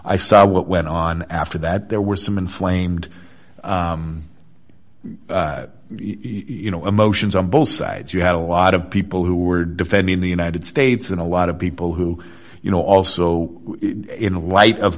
i saw what went on after that there were some inflamed you know emotions on both sides you have a lot of people who are defending the united states and a lot of people who you know also in the light of